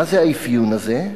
מה זה האפיון הזה?